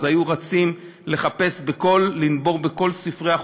היו רצים לנבור בכל ספרי החוקים: